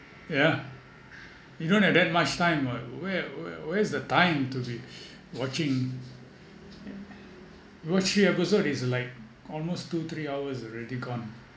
yeah you don't have that much time what where where is the time to be watching watch three episode is like almost two three hours already gone